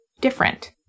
different